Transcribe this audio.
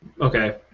Okay